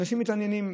אנשים מתעניינים.